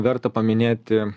verta paminėti